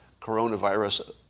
coronavirus